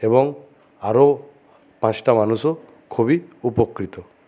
এবং আরো পাঁচটা মানুষও খুবই উপকৃত